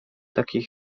takiej